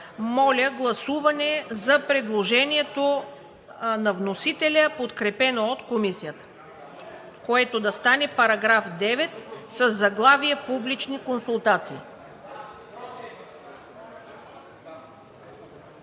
Моля, гласуване за предложението на вносителя, подкрепено от Комисията, което да стане § 9 със заглавие „Публични консултации“.